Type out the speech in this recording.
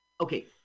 okay